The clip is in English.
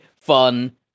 fun